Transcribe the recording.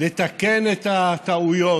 לתקן את הטעויות.